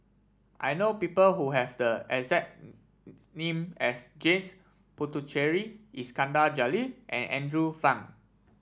I know people who have the exact name as James Puthucheary Iskandar Jalil and Andrew Phang